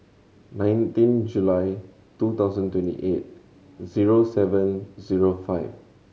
nineteen July two thousand twenty eight zero seven zero five